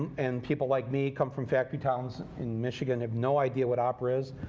and people like me come from factory towns in michigan, have no idea what opera is,